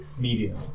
Medium